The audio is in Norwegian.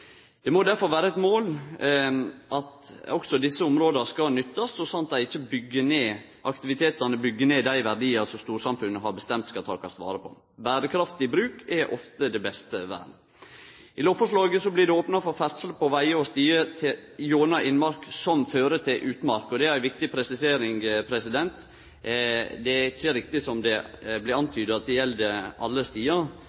Det må difor vere eit mål at også desse områda skal nyttast, så sant aktivitetane ikkje byggjer ned dei verdiane storsamfunnet har bestemt skal takast vare på. Berekraftig bruk er ofte det beste vern. I lovforslaget blir det opna for ferdsle på vegar og stigar gjennom innmark «som fører til utmark», og det er ei viktig presisering. Det er ikkje riktig som det